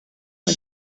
boy